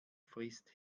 frisst